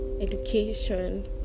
education